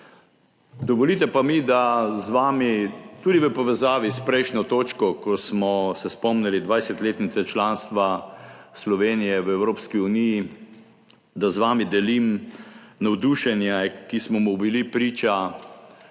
Dovolite pa mi, da z vami tudi v povezavi s prejšnjo točko, ko smo se spomnili 20-letnice članstva Slovenije v Evropski uniji, delim navdušenje, ki smo mu bili priča